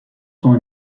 sont